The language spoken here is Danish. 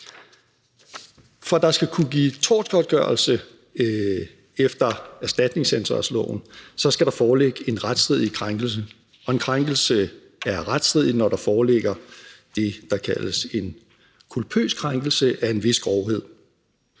For at der skal kunne gives tortgodtgørelse efter erstatningsansvarsloven, skal der foreligge en retsstridig krænkelse, og en krænkelse er retsstridig, når der foreligger det, der kaldes en kulpøs krænkelse af en vis grovhed.